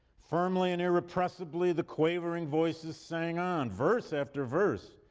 firmly and irrepressibly the quavering voices sang on, verse after verse,